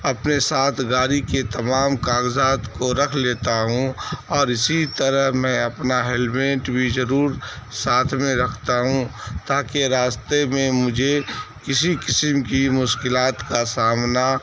اپنے ساتھ گاڑی کے تمام کاغذات کو رکھ لیتا ہوں اور اسی طرح میں اپنا ہیلمٹ بھی ضرور ساتھ میں رکھتا ہوں تاکہ راستے میں مجھے کسی قسم کی مشکلات کا سامنا